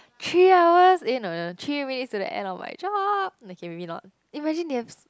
three hours eh no no three minutes to the end of my job okay maybe not imagine they have